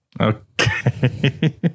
Okay